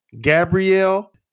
Gabrielle